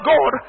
God